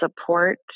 support